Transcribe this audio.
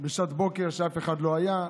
בשעת בוקר כשאף אחד לא היה.